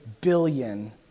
billion